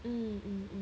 um um um